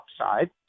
upside